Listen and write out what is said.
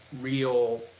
real